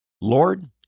Lord